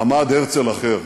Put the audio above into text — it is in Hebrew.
עמד הרצל אחר,